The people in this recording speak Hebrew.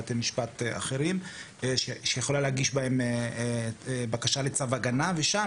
בתי משפט אחרים שיכולה להגיש בהם בקשה לצו הגנה ושם